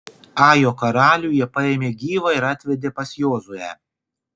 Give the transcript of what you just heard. ajo karalių jie paėmė gyvą ir atvedė pas jozuę